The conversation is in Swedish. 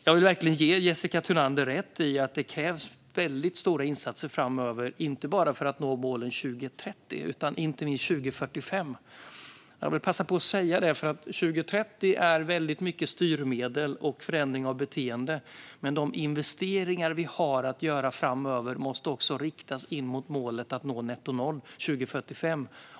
Jag vill verkligen ge Jessica Thunander rätt i att det krävs väldigt stora insatser framöver för att nå inte bara målen 2030 och utan också målen 2045. Jag vill passa på att säga det, för 2030 handlar mycket om styrmedel och förändring av beteenden. Men de investeringar vi har att göra framöver måste också riktas in mot målet att nå netto noll 2045.